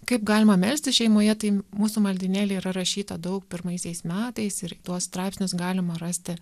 kaip galima melstis šeimoje tai mūsų maldynėly yra rašyta daug pirmaisiais metais ir tuos straipsnius galima rasti